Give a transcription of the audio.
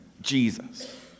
Jesus